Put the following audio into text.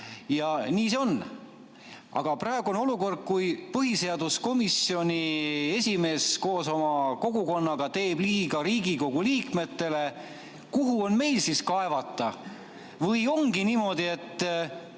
Nii see on. Aga praegu on olukord, kui põhiseaduskomisjoni esimees teeb koos oma kogukonnaga liiga Riigikogu liikmetele. Kuhu on meil siis kaevata? Või ongi niimoodi, et